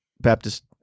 Baptist